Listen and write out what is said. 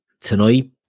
tonight